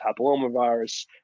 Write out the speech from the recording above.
papillomavirus